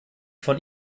von